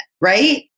Right